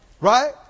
Right